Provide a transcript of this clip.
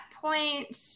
point